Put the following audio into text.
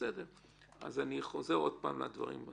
אני חוזר עוד פעם על הדברים.